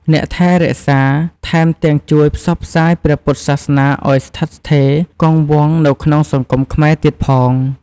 អ្នកថែរក្សា ថែមទាំងជួយផ្សព្វផ្សាយព្រះពុទ្ធសាសនាឲ្យស្ថិតស្ថេរគង់វង្សនៅក្នុងសង្គមខ្មែរទៀតផង។